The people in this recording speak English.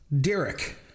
Derek